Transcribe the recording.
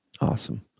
awesome